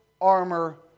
armor